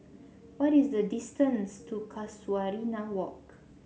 what is the distance to Casuarina Walk